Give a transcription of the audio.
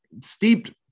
steeped